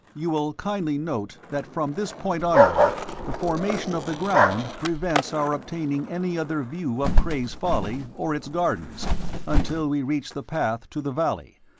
you will kindly note that from this point onward the formation of the ground prevents our obtaining any other view of cray's folly or its gardens until we reach the path to the valley,